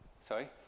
Sorry